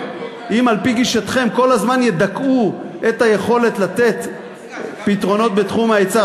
אם על-פי גישתכם כל הזמן ידכאו את היכולת לתת פתרונות בתחום ההיצע,